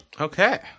okay